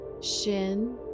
shin